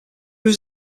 was